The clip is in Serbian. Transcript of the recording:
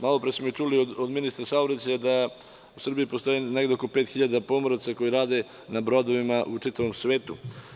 Malopre smo čuli od ministra saobraćaja da u Srbiji postoji negde oko 5.000 pomoraca koji rade na brodovima u čitavom svetu.